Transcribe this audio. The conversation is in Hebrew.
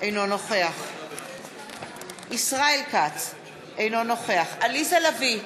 אינו נוכח ישראל כץ, אינו נוכח עליזה לביא,